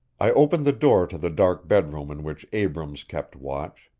i opened the door to the dark bedroom in which abrams kept watch.